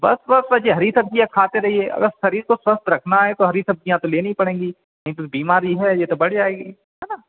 बस बस बस ये हरी सब्ज़ियाँ खाते रहिए अगर शरीर को स्वस्थ रखना है तो हरी सब्ज़ियाँ तो लेनी पड़ेंगी नहीं तो बीमारी है ये तो बढ़ जाएगी है ना